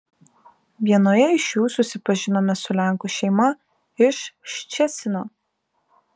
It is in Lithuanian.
vienoje iš jų susipažinome su lenkų šeima iš ščecino